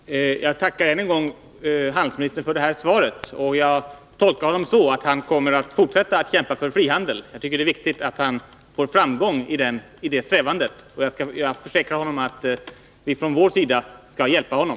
Herr talman! Jag tackar än en gång handelsministern för svaret. Jag tolkar det så att han kommer att fortsätta att kämpa för frihandel. Det är viktigt att han får framgång i sin strävan. Jag försäkrar att vi från vår sida skall hjälpa honom.